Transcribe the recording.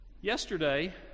Yesterday